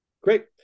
Great